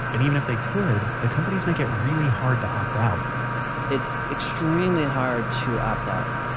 and even if they could, the companies make it really hard to opt out it's extremely hard to opt out.